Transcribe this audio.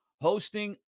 hosting